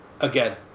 again